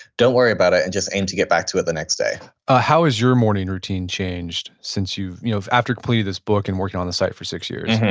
don't worry about it, and just aim to get back to it the next day ah how is your morning routine changed you know after completing this book and working on the site for six years?